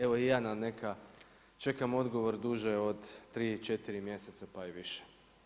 Evo i ja na neka čekam odgovor duže od 3, 4 mjeseca pa i više.